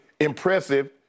impressive